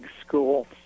school